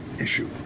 issue